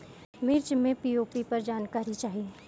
मिर्च मे पी.ओ.पी पर जानकारी चाही?